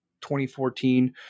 2014